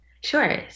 Sure